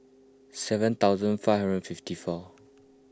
seven thousand five hundred fifty four